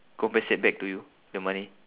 compensate back to you the money